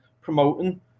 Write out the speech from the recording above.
promoting